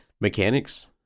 mechanics